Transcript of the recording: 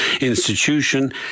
institution